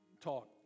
talk